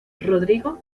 rodrigo